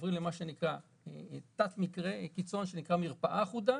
עוברים לתת-מקרה קיצון שנקרא "מרפאה אחודה",